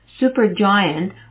supergiant